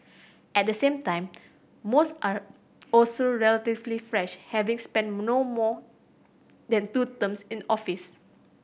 at the same time most are also relatively fresh having spent no more than two terms in office